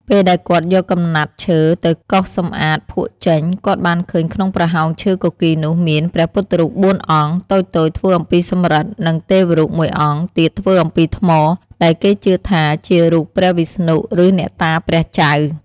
ពេលដែលគាត់យកកំណាត់ឈើទៅកោសសំអាតភក់ចេញ គាត់បានឃើញក្នុងប្រហោងឈើគគីរនោះមាន ព្រះពុទ្ធរូប ៤ អង្គ តូចៗធ្វើអំពីសំរឹទ្ធិ និង ទេវរូបមួយអង្គ ទៀតធ្វើអំពីថ្ម ដែលគេជឿថាជារូបព្រះវិស្ណុ ឬអ្នកតាព្រះចៅ។